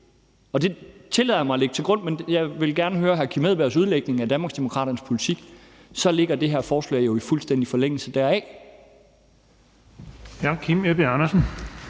og det tillader jeg mig at lægge til grund – men jeg vil gerne høre hr. Kim Edberg Andersens udlægning af Danmarksdemokraternes politik – så ligger det her forslag jo i fuldstændig forlængelse deraf. Kl. 18:12 Den